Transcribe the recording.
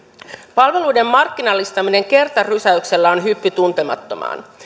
palveluiden markkinallistaminen kertarysäyksellä on hyppy tuntemattomaan